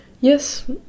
Yes